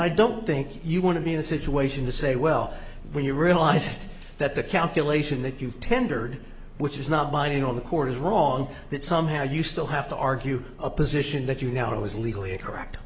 i don't think you want to be in a situation to say well when you realize that the calculation that you've tendered which is not binding on the court is wrong that somehow you still have to argue a position that you know is legally a correct